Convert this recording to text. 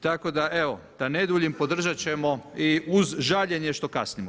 Tako da evo, da ne duljim podržat ćemo i uz žaljenje što kasnimo.